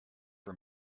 for